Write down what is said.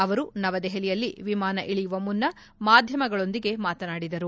ಅವರು ನವದೆಹಲಿಯಲ್ಲಿ ವಿಮಾನ ಇಳಿಯುವ ಮುನ್ನ ಮಾಧ್ಯಮಗಳೊಂದಿಗೆ ಮಾತನಾದಿದರು